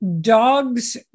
dogs